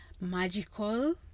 magical